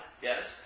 yes